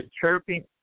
chirping